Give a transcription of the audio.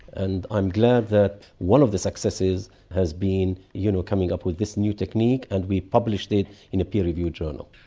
and i'm glad that one of the successes has been you know coming up with this new technique, and we published it in a peer reviewed journal.